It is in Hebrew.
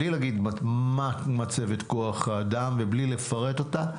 בלי להגיד מה מצבת כוח האדם ובלי לפרט אותה,